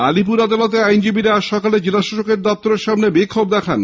আলিপুর আদালতে আইনজীবিরা আজ সকালে জেলাশাসকের দফতরের সামনে বিক্ষোভ দেখান